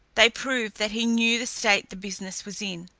they prove that he knew the state the business was in.